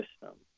system